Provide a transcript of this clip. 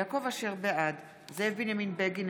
בעד זאב בנימין בגין,